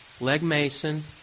leg-mason